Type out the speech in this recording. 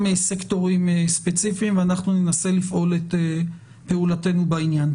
סקטורים ספציפיים ואנחנו ננסה לפעול את פעולתנו בעניין.